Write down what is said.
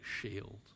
shield